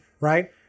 right